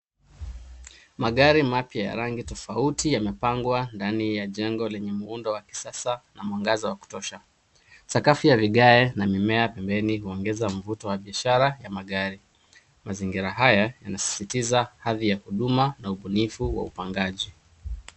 Magari mapya ya rangi tofouti yamepangwa ndani ya jengo lenye muundo wa kisasa na mwangaza wa kutosha. Sakafu ya vigari na mimea pempeni inaongeza mvuto WA biashara ya magari. Mazingira haya yanasisitiza hali ya huduma na ubunifu wa upangaji.